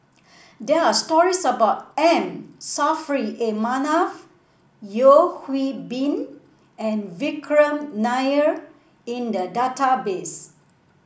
there are stories about M Saffri A Manaf Yeo Hwee Bin and Vikram Nair in the database